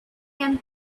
and